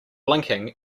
blinking